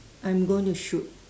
I'm going to shoot